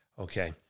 Okay